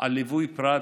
על ליווי פרט